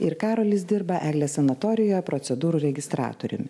ir karolis dirba eglės sanatorijoje procedūrų registratoriumi